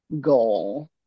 goal